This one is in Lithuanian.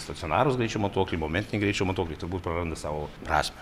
stacionarūs greičio matuokliai momentiniai greičio matuokliai turbūt praranda savo prasmę